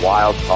Wild